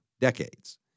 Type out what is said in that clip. decades